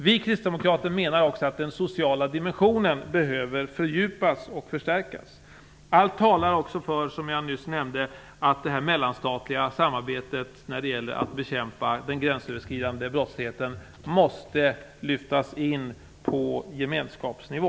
Vi kristdemokrater menar också att den sociala dimensionen behöver fördjupas och förstärkas. Allt talar också, som jag nyss nämnde, för att det mellanstatliga samarbetet när det gäller att bekämpa den gränsöverskridande brottsligheten måste lyftas in på gemenskapsnivå.